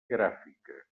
gràfica